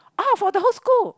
ah for the whole school